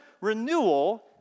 renewal